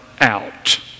out